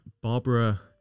Barbara